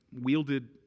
wielded